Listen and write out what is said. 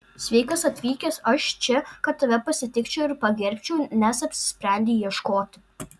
sveikas atvykęs aš čia kad tave pasitikčiau ir pagerbčiau nes apsisprendei ieškoti